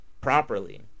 properly